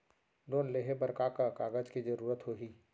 Loan लेहे बर का का कागज के जरूरत होही?